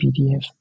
PDF